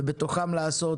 ובתוכם לעשות